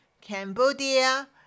Cambodia